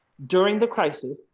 during the crisis,